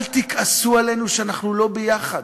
אל תכעסו עלינו שאנחנו לא ביחד.